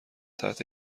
تحت